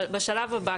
אבל בשלב הזה,